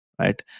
right